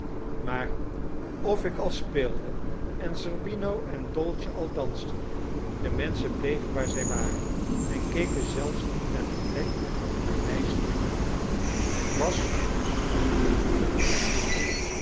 maar of ik al speelde en zerbino en dolce al dansten de menschen bleven waar zij waren en keken zelfs niet naar de plek waar wij stonden het was om wanhopend te worden